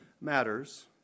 matters